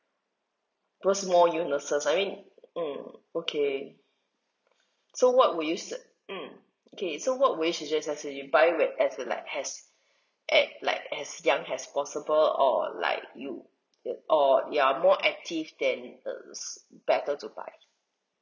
because more illnesses I mean mm okay so what would sug~ mm okay so what will you suggest as in you buy with as in like as at like as young as possible or like you or you're more active then err is better to buy